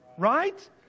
right